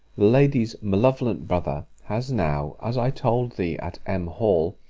the lady's malevolent brother has now, as i told thee at m. hall,